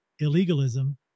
Illegalism